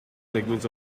segments